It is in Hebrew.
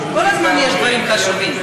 כל הזמן יש דברים חשובים.